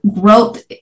growth